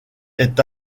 est